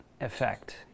effect